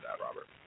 Robert